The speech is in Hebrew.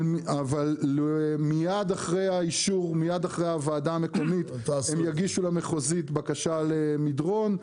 אבל מיד אחרי הוועדה המקומית הם יגישו למחוזית בקשה למדרון.